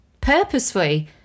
purposefully